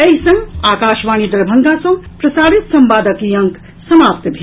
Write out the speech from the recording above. एहि संग आकाशवाणी दरभंगा सँ प्रसारित संवादक ई अंक समाप्त भेल